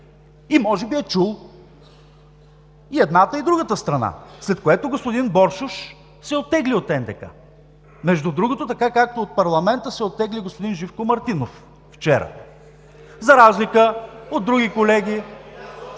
И може би е чул и едната, и другата страна. След което господин Боршош се оттегли от НДК. Между другото така, както от парламента се оттегли и господин Живко Мартинов вчера. (Реплики от „БСП за